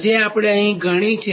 જે અહીં આપણે ગણી છે